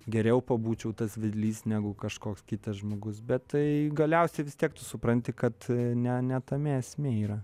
geriau pabūčiau tas vedlys negu kažkoks kitas žmogus bet tai galiausiai vis tiek tu supranti kad ne ne tame esmė yra